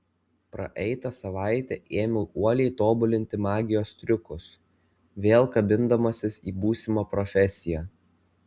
praeitą savaitę ėmiau uoliai tobulinti magijos triukus vėl kabindamasis į būsimą profesiją